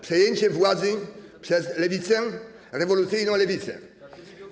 Przejęcie władzy przez Lewicę, rewolucyjną Lewicę.